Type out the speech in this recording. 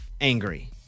angry